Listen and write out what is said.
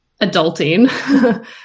adulting